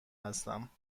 هستم